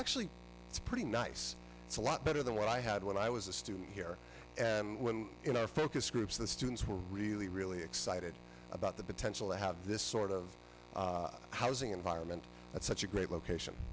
actually it's pretty nice it's a lot better than what i had when i was a student here when in our focus groups the students were really really excited about the potential to have this sort of housing environment at such a great location